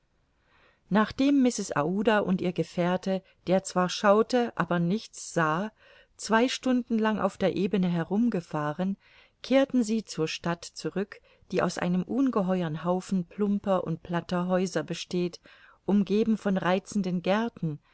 nachdem mrs aouda und ihr gefährte der zwar schaute aber nichts sah zwei stunden lang auf der ebene herumgefahren kehrten sie zur stadt zurück die aus einem ungeheuern haufen plumper und platter häuser besteht umgeben von reizenden gärten